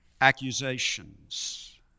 accusations